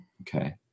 Okay